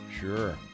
Sure